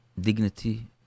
dignity